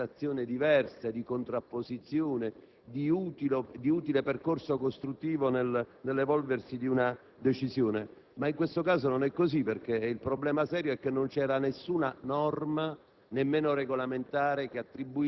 capacità di interpretazioni diverse, di contrapposizione, di utile percorso costruttivo nell'evolversi di una decisione), poiché in questo caso non è così: il problema serio era, infatti, che non esiste nessuna norma,